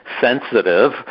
sensitive